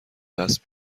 دست